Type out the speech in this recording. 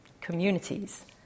communities